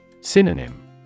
Synonym